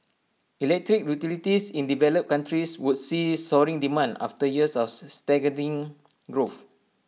Electric Utilities in developed countries would see soaring demand after years stagnating growth